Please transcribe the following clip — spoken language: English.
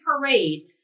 parade